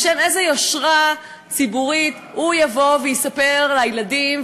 בשם איזו יושרה ציבורית הוא יבוא ויספר לילדים,